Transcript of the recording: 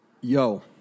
yo